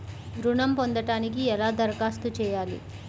ఋణం పొందటానికి ఎలా దరఖాస్తు చేయాలి?